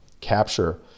capture